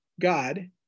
God